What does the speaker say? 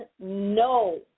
no